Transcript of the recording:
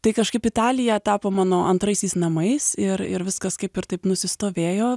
tai kažkaip italija tapo mano antraisiais namais ir ir viskas kaip ir taip nusistovėjo